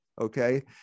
Okay